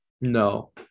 No